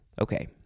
Okay